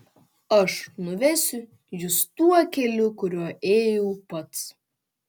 aš nuvesiu jus tuo keliu kuriuo ėjau pats